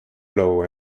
blow